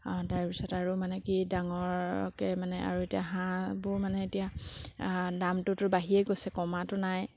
তাৰপিছত আৰু মানে কি ডাঙৰকৈ মানে আৰু এতিয়া হাঁহবোৰ মানে এতিয়া দামটোতো বাঢ়িয়ে গৈছে কমাতো নাই